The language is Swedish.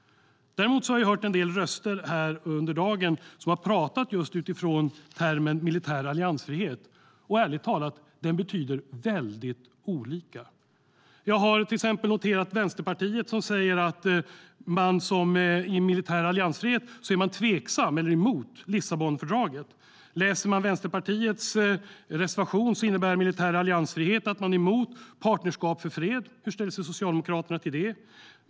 Däremot har jag hört en del röster här under dagen som har talat utifrån termen "militär alliansfrihet". Den betyder ärligt talat väldigt olika saker. Jag har till exempel noterat att Vänsterpartiet säger att man i en militär alliansfrihet är tveksam till eller emot Lissabonfördraget. Enligt Vänsterpartiets motion innebär militär alliansfrihet att man är emot Partnerskap för fred. Hur ställer sig Socialdemokraterna till detta?